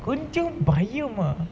கொஞ்ச பயமா:konja bayamaa